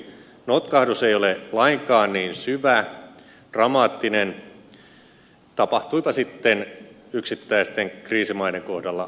notkahdus ei ole lainkaan niin syvä dramaattinen tapahtuipa sitten yksittäisten kriisimaiden kohdalla mitä tahansa